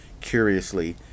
curiously